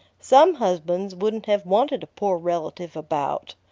some husbands wouldn't have wanted a poor relative about.